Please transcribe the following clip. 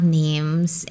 names